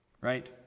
right